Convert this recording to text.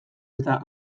eta